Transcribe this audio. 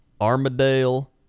armadale